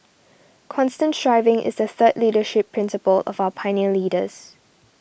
constant striving is the third leadership principle of our pioneer leaders